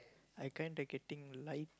I kinda getting light